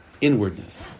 Inwardness